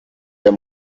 der